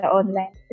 online